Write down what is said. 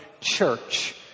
church